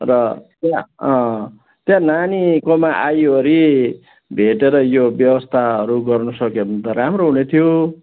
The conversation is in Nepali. र त्यहाँ त्यहाँ नानीकोमा आइवरि भेटेर यो व्यवस्थाहरू गर्नु सक्यो भने त राम्रो हुने थियो